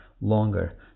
longer